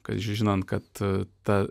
kad žinant kad ta